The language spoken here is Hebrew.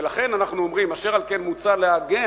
ולכן אנחנו אומרים: אשר על כן מוצע לעגן